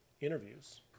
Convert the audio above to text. interviews